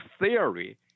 theory